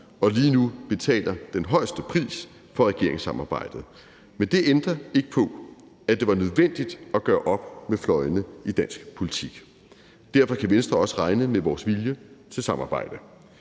og lige nu betaler den højeste pris for regeringssamarbejdet. Men det ændrer ikke på, at det var nødvendigt at gøre op med fløjene i dansk politik. Derfor kan Venstre også regne med vores vilje til samarbejde.